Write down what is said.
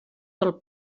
del